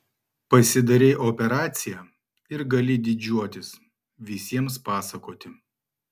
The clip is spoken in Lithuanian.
pasidarei operaciją ir gali didžiuotis visiems pasakoti